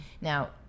Now